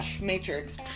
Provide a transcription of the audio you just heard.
Matrix